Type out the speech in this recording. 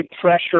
pressure